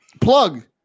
plug